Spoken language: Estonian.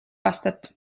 aastat